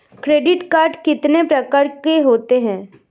Credit card कितने प्रकार के होते हैं?